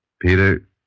Peter